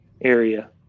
area